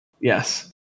Yes